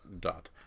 dot